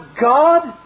God